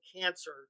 cancer